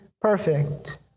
perfect